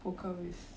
poker with